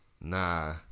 Nah